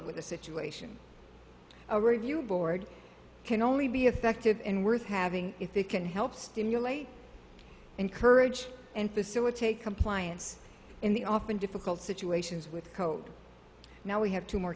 with the situation a review board can only be effective and worth having if it can help stimulate encourage and facilitate compliance in the often difficult situations with coat now we have two more